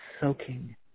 soaking